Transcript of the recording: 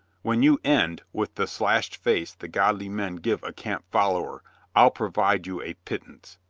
when you end with the slashed face the godly men give a camp follower i'll provide you a pittance.